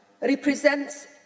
represents